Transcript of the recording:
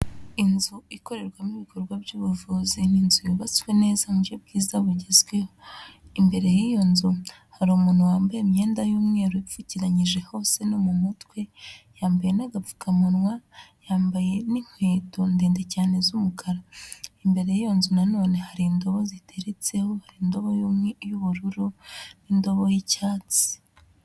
Inzu ikorerwamo ibikorwa by'ubuvuzi ni inzu yubatswe neza mu buryo bwiza bugezweho, imbere y'iyo nzu hari umuntu wambaye imyenda y'umweru wipfukiranyije hose no mu mutwe, yambaye n'agapfukamunwa yambaye n'inkweto ndende cyane z'umukara, imbere y'iyo nzu na none hari indobo ziteretseho, indobo y'ubururu n'indobo y'icyatsi.